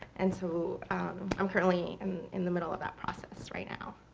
and so i'm currently and in the middle of that process right now.